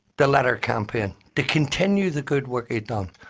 the letter campaign, to continue the good work he'd done.